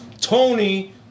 Tony